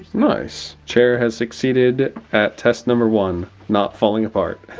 nice. chair has succeeded at test number one, not falling apart.